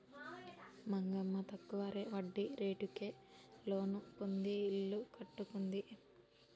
మంగమ్మ తక్కువ వడ్డీ రేటుకే లోను పొంది ఇల్లు కట్టుకుంది